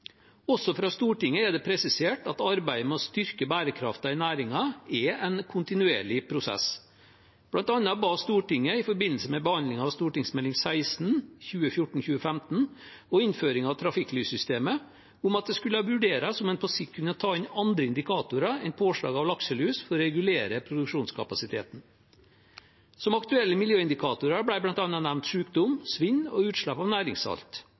Også fra Stortinget er det presisert at arbeidet med å styrke bærekraften i næringen er en kontinuerlig prosess. Blant annet ba Stortinget, i forbindelse med behandlingen av Meld. St. 16 for 2014–2015 og innføringen av trafikklyssystemet, om at det skulle vurderes om en på sikt kunne ta inn andre indikatorer enn påslag av lakselus for å regulere produksjonskapasiteten. Som aktuelle miljøindikatorer ble det nevnt bl.a. sykdom, svinn og utslipp av